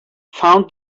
found